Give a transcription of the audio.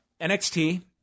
nxt